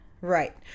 Right